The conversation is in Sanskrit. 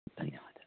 धन्यवादः